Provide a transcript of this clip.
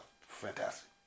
fantastic